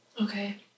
Okay